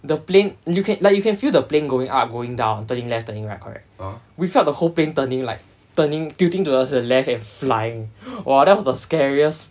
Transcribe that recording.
the plane look~ like you can feel the plane going up going down turning left turning right correct we felt the whole plane turning like turning tilting towards the left and flying !wah! that was the scariest